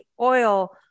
oil